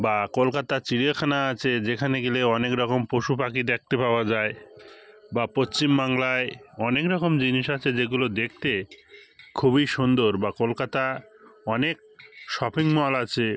বা কলকাতার চিড়িয়াখানা আছে যেখানে গেলে অনেক রকম পশু পাখি দেখতে পাওয়া যায় বা পশ্চিমবাংলায় অনেক রকম জিনিস আছে যেগুলো দেখতে খুবই সুন্দর বা কলকাতায় অনেক শপিং মল আছে